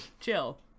Chill